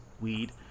weed